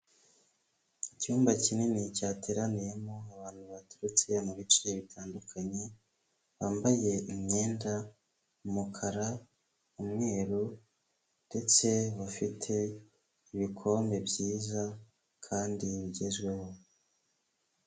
Icyumba kinini, cyateraniyemo abantu baturutse mu bice bitandukanye, bambaye imyenda, umukara, umweru ndetse bafite ibikombe byiza kandi bigezweho.